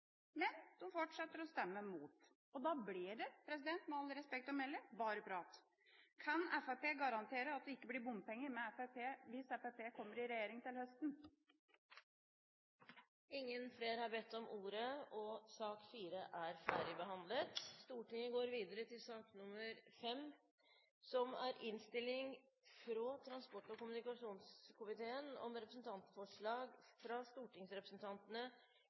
men de fortsetter å stemme imot. Da blir det – med all respekt å melde – bare prat. Kan Fremskrittspartiet garantere at det ikke blir bompenger med Fremskrittspartiet, hvis Fremskrittspartiet kommer i regjering til høsten? Flere har ikke bedt om ordet til sak nr. 4. Etter ønske fra transport- og kommunikasjonskomiteen